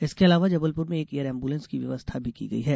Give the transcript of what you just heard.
इसके अलावा जबलपुर में एक एयर एम्बुलेंस की व्यवस्था भी की गई है